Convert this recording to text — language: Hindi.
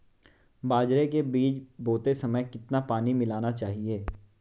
बाजरे के बीज बोते समय कितना पानी मिलाना चाहिए?